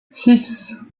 six